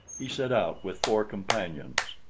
he set out with four companions,